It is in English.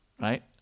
right